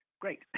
Great